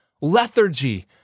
lethargy